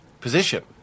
position